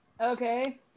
Okay